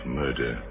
murder